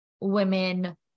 women